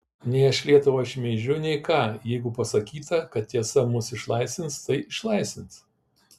nei aš lietuvą šmeižiu nei ką jeigu pasakyta kad tiesa mus išlaisvins tai išlaisvins